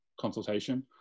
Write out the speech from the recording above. consultation